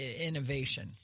innovation